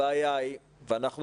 הבעיה היא ואנחנו